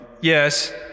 Yes